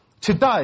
Today